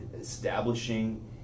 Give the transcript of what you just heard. Establishing